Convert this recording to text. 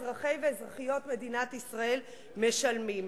כל אזרחי ואזרחיות מדינת ישראל משלמים.